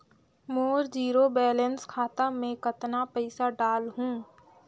मोर zero balance खाता मे कतना पइसा डाल हूं?